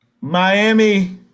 Miami